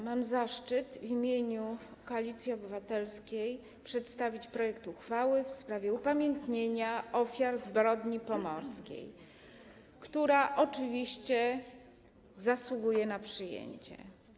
Mam zaszczyt w imieniu Koalicji Obywatelskiej przedstawić projekt uchwały w sprawie upamiętnienia ofiar zbrodni pomorskiej, który oczywiście zasługuje na przyjęcie.